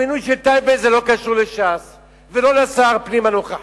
המינוי של טייבה לא קשור לש"ס ולא לשר הפנים הנוכחי.